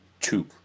two